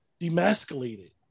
demasculated